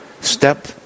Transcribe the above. step